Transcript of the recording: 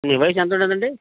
మీ వయసు ఎంతుంటుందండి